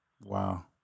Wow